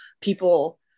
people